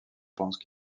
pensent